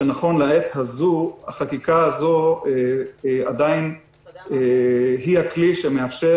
שנכון לעת הזו החקיקה הזו עדיין היא הכלי שמאפשר